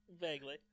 Vaguely